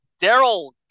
Daryl